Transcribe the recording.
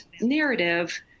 narrative